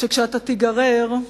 שכשאתה תיגרר,